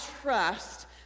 trust